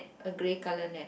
a grey colour net